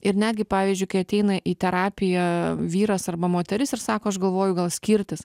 ir netgi pavyzdžiui kai ateina į terapiją vyras arba moteris ir sako aš galvoju gal skirtis